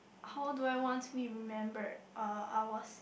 how do I want to be remembered uh I was